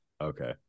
okay